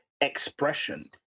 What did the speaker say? expression